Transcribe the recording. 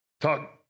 Talk